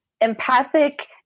empathic